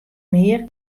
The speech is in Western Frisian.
mear